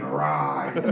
ride